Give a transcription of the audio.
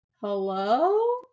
hello